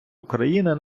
україна